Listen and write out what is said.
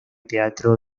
teatro